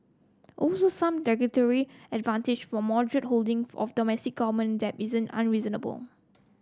also some regulatory advantage for moderate holding of domestic government debt isn't unreasonable